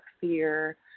fear